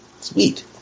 Sweet